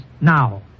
now